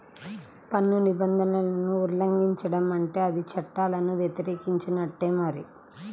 పన్ను నిబంధనలను ఉల్లంఘించడం అంటే అది చట్టాలను వ్యతిరేకించినట్టే మరి